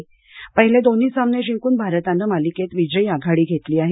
मालिकेतील पहिले दोन्ही सामने जिंकून भारताने मालिकेत विजयी आघाडी घेतली आहे